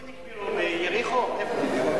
איפה נקברו, ביריחו?